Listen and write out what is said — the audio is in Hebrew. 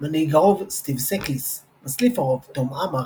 מנהיג הרוב סטיב סקליס מצליף הרוב טום אמר